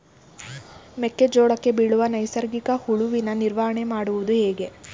ಮೆಕ್ಕೆ ಜೋಳಕ್ಕೆ ಬೀಳುವ ಸೈನಿಕ ಹುಳುವಿನ ನಿರ್ವಹಣೆ ಮಾಡುವುದು ಹೇಗೆ?